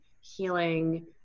healing